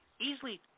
easily